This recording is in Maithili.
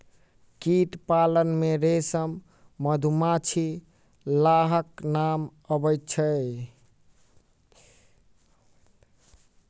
कीट पालन मे रेशम, मधुमाछी, लाहक नाम अबैत अछि